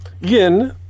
Yin